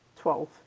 Twelve